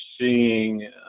seeing